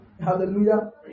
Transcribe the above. Hallelujah